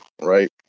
right